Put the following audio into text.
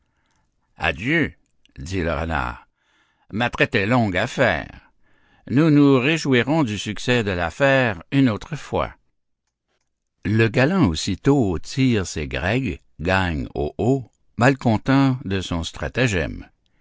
dit le renard ma traite est longue à faire nous nous réjouirons du succès de l'affaire une autre fois le galant aussitôt tire ses grègues gagne au haut mal content de son stratagème